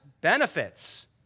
benefits